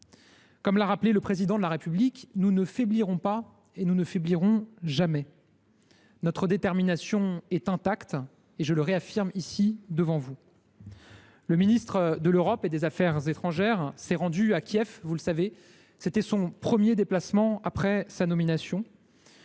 l’a rappelé hier : la Russie se trompe. Nous ne faiblirons pas et nous ne faiblirons jamais. Notre détermination est intacte, je le réaffirme ici devant vous. Le ministre de l’Europe et des affaires étrangères s’est rendu à Kiev pour son premier déplacement après sa nomination.